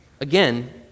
Again